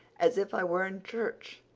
as if i were in church,